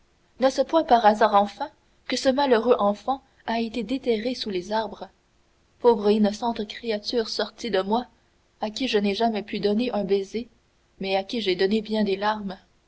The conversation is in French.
n'est-ce point par hasard enfin que ce malheureux enfant a été déterré sous les arbres pauvre innocente créature sortie de moi à qui je n'ai jamais pu donner un baiser mais à qui j'ai donné bien des larmes